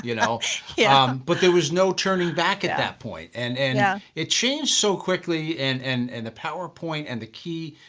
you know yeah but there was no turning back at that point, and and yeah it changed so quickly and and and the powerpoint and the key,